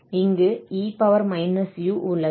இங்கு e−u உள்ளது